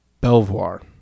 Belvoir